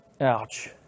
Ouch